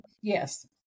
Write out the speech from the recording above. Yes